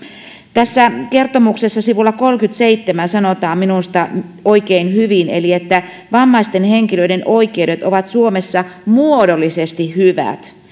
tässä kertomuksessa sivulla kolmeenkymmeneenseitsemään sanotaan minusta oikein hyvin että vammaisten henkilöiden oikeudet ovat suomessa muodollisesti hyvät